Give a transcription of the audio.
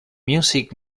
music